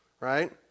Right